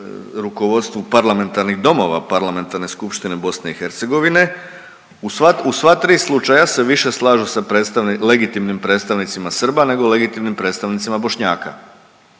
rukovodstvu parlamentarnih domova, Parlamentarne skupštine BiH u sva tri slučaja se više slažu sa .../nerazumljivo/... legitimnim predstavnicima Srba nego legitimnim predstavnicima Bošnjaka.